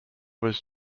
was